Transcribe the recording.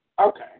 Okay